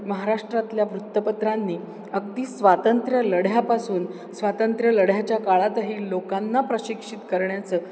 महाराष्ट्रातल्या वृत्तपत्रांनी अगदी स्वातंत्र्य लढ्यापासून स्वातंत्र्य लढ्याच्या काळातही लोकांना प्रशिक्षित करण्याचं